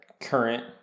current